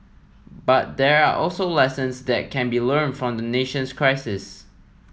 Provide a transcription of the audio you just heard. but there are also lessons that can be learnt from the nation's crisis